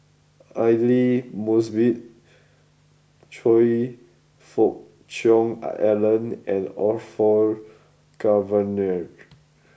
Aidli Mosbit Choe Fook Cheong Alan and Orfeur Cavenagh